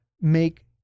make